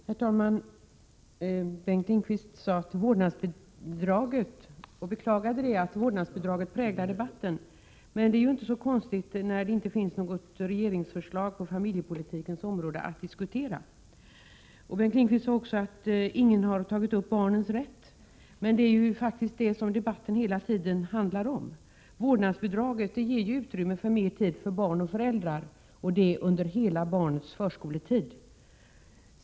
Herr talman! Bengt Lindqvist beklagade att vårdnadsbidraget präglar debatten. Men det är inte så konstigt när det inte finns något regeringsförslag på familjepolitikens område att diskutera. Bengt Lindqvist sade att ingen har tagit upp barnens rätt. Men det är ju det som debatten hela tiden handlar om. Vårdnadsbidraget ger utrymme för mer tid för barn och föräldrar, och det under barnets hela förskoletid.